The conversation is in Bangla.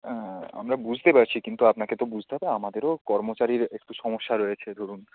আমরা বুঝতে পারছি কিন্তু আপনাকে তো বুঝতে হবে আমাদেরও কর্মচারীর একটু সমস্যা রয়েছে ধরুন